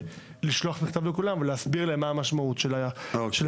לשלוח מכתב לכולם ולהסביר להם מה המשמעות של האישור.